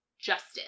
justice